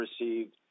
received